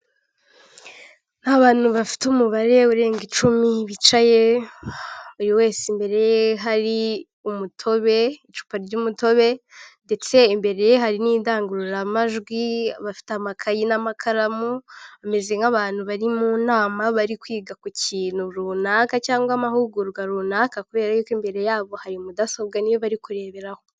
Ni abantu bafite umubare urenga icumi bicaye buri wese imbere hari umutobe icupa ry'umutobe, ndetse imbere hari n'indangururamajwi bafite amakayi n'amakaramu, bameze nk'abantu bari mu nama bari kwiga ku kintu runaka cyangwa amahugurwa runaka, kubera yuko imbere yabo hari mudasobwa niyo bari kureberaho.